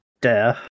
dare